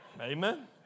Amen